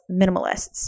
minimalists